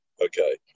okay